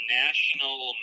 national